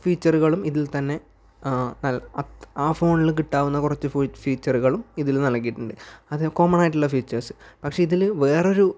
ഫീച്ചറുകളും ഇതിൽത്തന്നെ ആ ഫോണിൽ കിട്ടാവുന്ന കുറച്ച് ഫീച്ചറുകളും ഇതിൽ നൽകിയിട്ടുണ്ട് അതേ കോമണായിട്ടുള്ള ഫീച്ചേഴ്സ് പക്ഷേ ഇതിലെ വേറൊരു